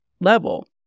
level